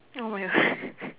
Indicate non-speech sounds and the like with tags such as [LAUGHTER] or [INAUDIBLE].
!oh-my-God! [LAUGHS]